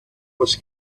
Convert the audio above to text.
was